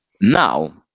Now